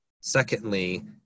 Secondly